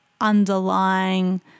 underlying